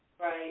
Right